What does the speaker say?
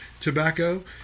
tobacco